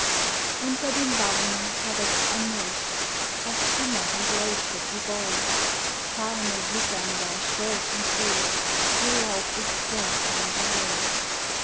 unter dem baume da wächst ein moos das schimmert und leuchtet wie gold farne wuchern da stolz und groß ihr laub ist seltsam gerollt